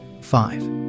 Five